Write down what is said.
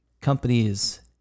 companies